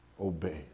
obey